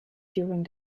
during